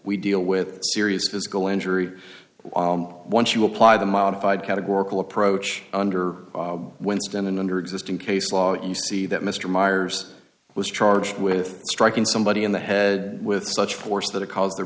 we deal with serious physical injury once you apply the modified categorical approach under winston and under existing case law you see that mr myers was charged with striking somebody in the head with such force that it caused their